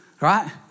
right